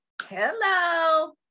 hello